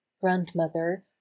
Grandmother